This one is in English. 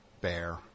bear